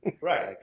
Right